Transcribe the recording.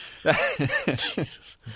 Jesus